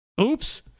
Oops